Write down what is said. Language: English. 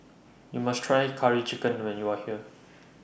YOU must Try Curry Chicken when YOU Are here